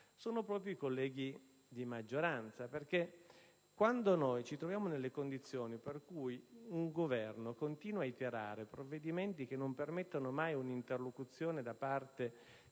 sono propri i colleghi di maggioranza, perché quando ci troviamo nelle condizioni per cui un Governo continua ad adottare provvedimenti che non permettono mai un'interlocuzione né da parte delle